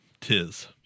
Tis